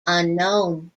unknown